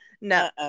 no